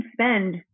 spend